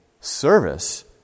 service